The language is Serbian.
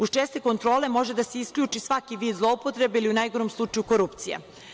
Uz česte kontrole, može da se isključi svaki vid zloupotrebe, ili u najgorem slučaju korupcija.